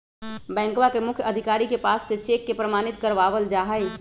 बैंकवा के मुख्य अधिकारी के पास से चेक के प्रमाणित करवावल जाहई